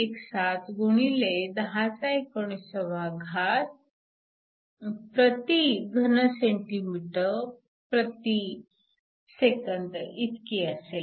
17 x 1019 cm 3 S 1 इतकी असेल